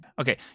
Okay